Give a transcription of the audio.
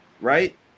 right